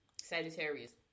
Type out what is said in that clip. Sagittarius